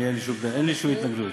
אין לי שום התנגדות.